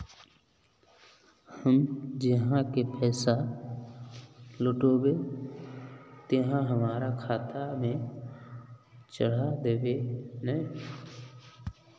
हम जे आहाँ के पैसा लौटैबे ते आहाँ हमरा खाता में चढ़ा देबे नय?